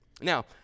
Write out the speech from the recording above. Now